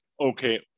okay